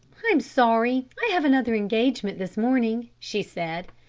i'm sorry i have another engagement this morning, she said.